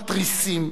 מתריסים,